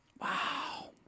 Wow